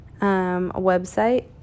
website